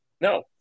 No